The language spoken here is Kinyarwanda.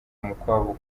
umukwabu